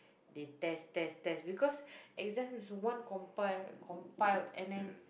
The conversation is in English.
they test test test because exams one compile compiled and then